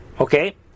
Okay